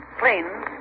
planes